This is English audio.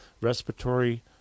respiratory